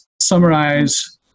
summarize